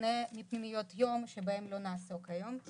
בשונה מפנימיות יום שבהן לא נעסוק היום.